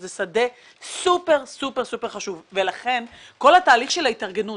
זה שדה סופר סופר חשוב ולכן כל התהליך של ההתארגנות